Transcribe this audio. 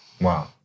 Wow